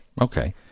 Okay